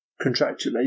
contractually